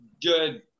Good